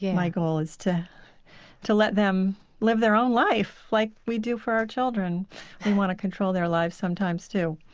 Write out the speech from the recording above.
yeah my goal is to to let them live their own life like we do for our children we want to control their lives sometimes too.